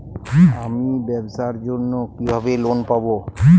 আমি ব্যবসার জন্য কিভাবে লোন পাব?